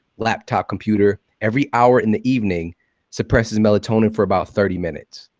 laptop, computer, every hour in the evening suppresses melatonin for about thirty minutes.